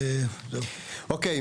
אוקיי.